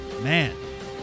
man